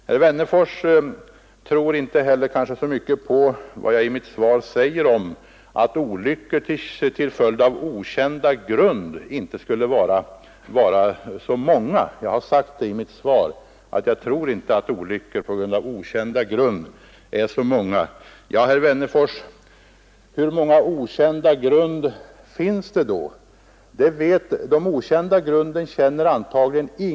Herr Wennerfors tror inte heller så mycket på vad jag säger i mitt svar om att olyckor som beror på okända grund inte torde vara så många. Men, herr Wennerfors, hur många okända grund finns det då? Ja, de grunden känner förstås ingen till.